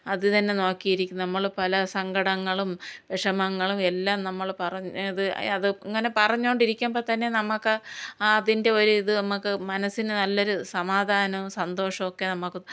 അത് തന്നെ നോക്കിയിരിക്കും നമ്മൾ പല സങ്കടങ്ങളും വിഷമങ്ങളും എല്ലാം നമ്മൾ പറഞ്ഞത് അത് അങ്ങനെ പറഞ്ഞോണ്ടിരിക്കുമ്പോൾ തന്നെ നമുക്ക് ആ അതിൻ്റെ ഒരിത് നമുക്ക് മനസ്സിന് നല്ലൊരു സമാധാനം സന്തോഷമൊക്കെ നമുക്ക്